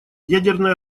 ядерное